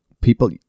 people